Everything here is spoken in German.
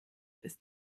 ist